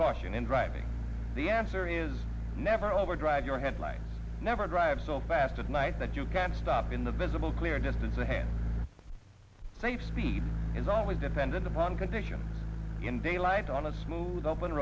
caution in driving the answer is never overdrive your headlights never drive so fast at night that you can't stop in the visible clear distance a hand safe speed is always dependent upon conditions in daylight on a smooth open